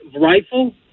rifle